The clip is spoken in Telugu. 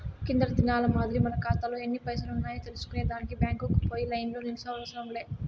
కిందటి దినాల మాదిరి మన కాతాలో ఎన్ని పైసలున్నాయో తెల్సుకునే దానికి బ్యాంకుకు పోయి లైన్లో నిల్సోనవసరం లే